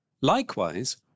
Likewise